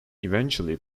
eventually